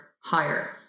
higher